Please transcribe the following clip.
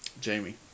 Jamie